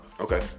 okay